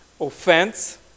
offense